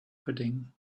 pudding